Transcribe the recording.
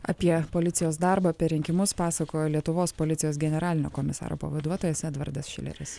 apie policijos darbą per rinkimus pasakojo lietuvos policijos generalinio komisaro pavaduotojas edvardas šileris